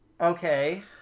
Okay